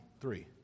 three